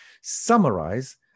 summarize